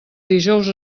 dijous